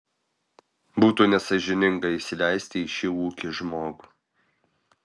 būtų nesąžininga įsileisti į šį ūkį žmogų